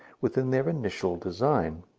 within their initial design.